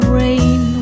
rain